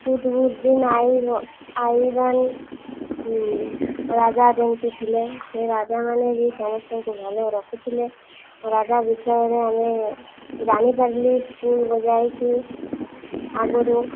କୁଦବୁଦିନ ଆଇ ଆଇବନ୍ ରାଜା ଯେମିତି ଥିଲେ ସେଇ ରାଜାମାନେ ବି ସମସ୍ତଙ୍କୁ ଭଲ ରଖୁଥିଲେ ରାଜା ବିଷୟରେ ଆମେ ଜାଣିପାରିଲି ସ୍କୁଲ ଯାଇକି ଆଗରୁ